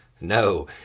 No